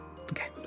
Okay